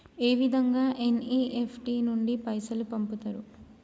ఏ విధంగా ఎన్.ఇ.ఎఫ్.టి నుండి పైసలు పంపుతరు?